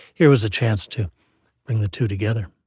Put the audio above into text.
here was the chance to bring the two together